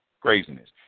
craziness